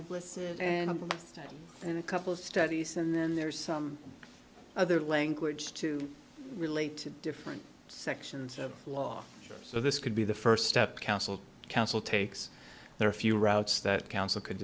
listed in a couple of studies and then there's some other language to relate to different sections of the law so this could be the first step counsel counsel takes there are a few routes that council could